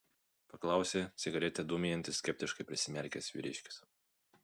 paklausė cigaretę dūmijantis skeptiškai prisimerkęs vyriškis